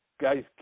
guys